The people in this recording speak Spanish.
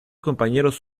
compañeros